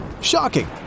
Shocking